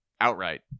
outright